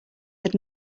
had